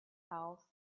house